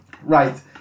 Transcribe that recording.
Right